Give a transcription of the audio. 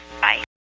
Bye